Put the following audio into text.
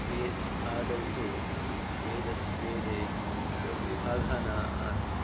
वे आदौ तु वेदस्य वेदे कोपि विभागः न आसीत्